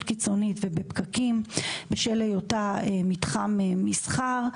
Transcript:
קיצונית ובפקקים בשל היותה מתחם מסחר,